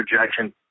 rejection